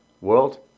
world